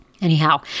Anyhow